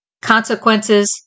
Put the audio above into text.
consequences